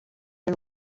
and